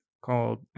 called